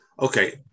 Okay